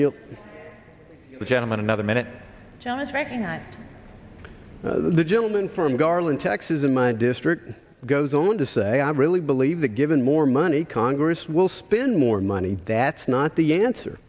you gentleman another minute challenged the gentleman from garland texas in my district and goes on to say i really believe that given more money congress will spend more money that's not the answer